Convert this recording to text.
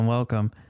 Welcome